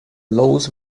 laws